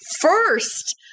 first